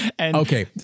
Okay